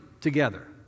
together